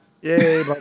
Yay